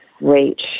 reach